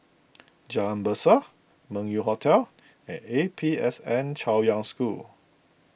Jalan Berseh Meng Yew Hotel and A P S N Chaoyang School